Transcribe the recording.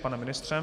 Pane ministře?